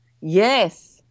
yes